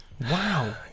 Wow